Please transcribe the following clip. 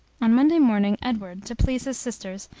on monday morning, edward, to please his sisters,